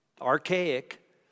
archaic